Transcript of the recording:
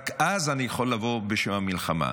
רק אז אני יכול לבוא בשם המלחמה.